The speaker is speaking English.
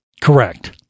Correct